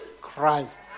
Christ